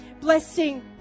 blessing